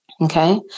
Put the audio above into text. Okay